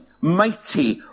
mighty